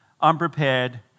unprepared